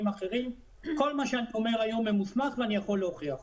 אחרים אבל כל מה שאני אומר היום ממוסמך ואני יכול להוכיח זאת.